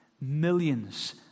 Millions